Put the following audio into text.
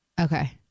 Okay